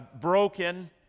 broken